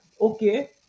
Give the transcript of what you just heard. okay